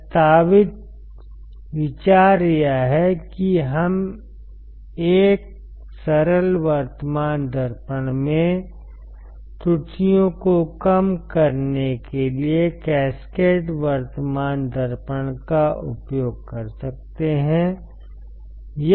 प्रस्तावित विचार यह है कि हम एक सरल वर्तमान दर्पण में त्रुटियों को कम करने के लिए कैस्केड वर्तमान दर्पण का उपयोग कर सकते हैं